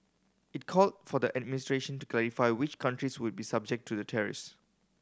it called for the administration to clarify which countries would be subject to the tariffs